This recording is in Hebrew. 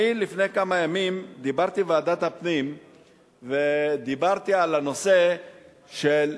לפני כמה ימים דיברתי בוועדת הפנים על הנושא של,